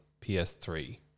PS3